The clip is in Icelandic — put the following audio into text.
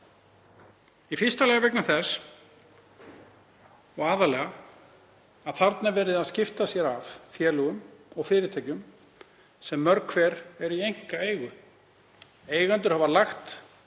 Í fyrsta lagi og aðallega vegna þess að þarna er verið að skipta sér af félögum og fyrirtækjum sem mörg hver eru í einkaeigu. Eigendur hafa lagt